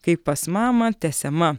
kai pas mamą tęsiama